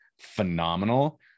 phenomenal